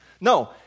No